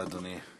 בבקשה, אדוני.